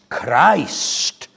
christ